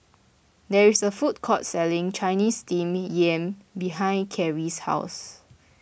there is a food court selling Chinese Steamed Yam behind Kyrie's house